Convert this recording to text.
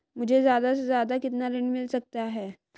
मुझे ज्यादा से ज्यादा कितना ऋण मिल सकता है?